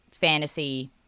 fantasy